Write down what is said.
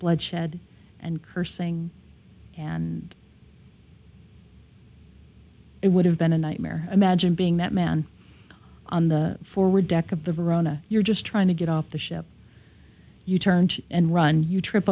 bloodshed and cursing and it would have been a nightmare imagine being that man on the forward deck of the verona you're just trying to get off the ship you turned and run you trip